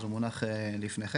הוא מונח לפניכם,